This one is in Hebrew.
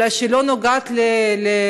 אפילו אולי שלא נוגעת בכולם,